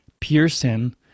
Pearson